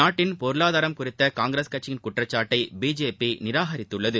நாட்டின் பொருளாதாரம் குறித்த காங்கிரஸ் கட்சியின் குற்றச்சாட்டை பிஜேபி நிராகரித்துள்ளது